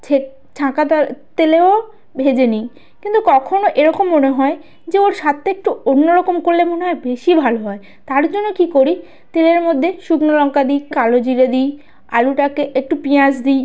ছে ছাঁকা তা তেলেও ভেজে নিই কিন্তু কখনও এরকম মনে হয় যে ওর স্বাদটা একটু অন্য রকম করলে মনে হয় বেশি ভালো হয় তার জন্য কী করি তেলের মধ্যে শুকনো লঙ্কা দিই কালো জিরে দিই আলুটাকে একটু পিঁয়াজ দিই